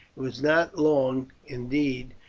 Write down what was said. was not long, indeed,